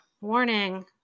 warning